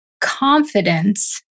confidence